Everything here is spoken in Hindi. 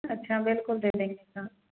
अच्छा बिलकुल दे देंगे साथ